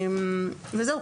זהו,